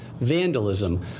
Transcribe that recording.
vandalism